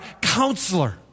counselor